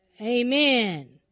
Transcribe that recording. Amen